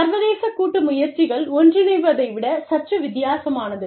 சர்வதேச கூட்டு முயற்சிகள் ஒன்றிணைவதை விடச் சற்று வித்தியாசமானது